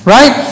Right